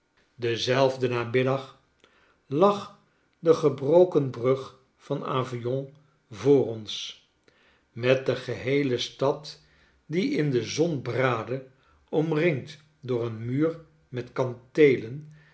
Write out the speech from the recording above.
denzelfden namiddag lag de gebroken brug van avignon voor ons met de geheele stad die in de zon braadde omringd door een muur met kanteelen